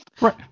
Right